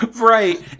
right